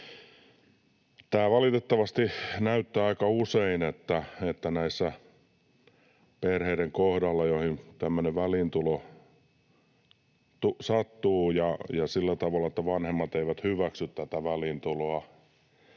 Valitettavasti näyttää aika usein, että näiden perheiden kohdalla, joihin tällainen väliintulo sattuu — ja sillä tavalla, että vanhemmat eivät hyväksy väliintuloa